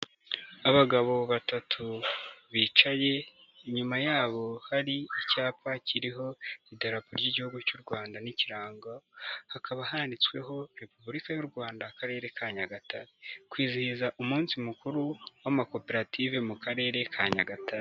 Abagabo batatu bicaye inyuma yabo hari icyapa kiriho idarapo ry'igihugu cy'u Rwanda n'ikirango, hakaba handitsweho repubulika y'u Rwanda Akarere ka Nyagatare, kwizihiza umunsi mukuru w'amakoperative mu Karere ka Nyagatare.